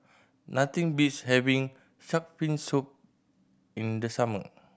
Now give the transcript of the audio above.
nothing beats having shark fin soup in the summer